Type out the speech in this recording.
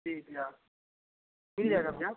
जी भैया मिल जाएगा भैया